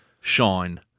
shine